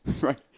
Right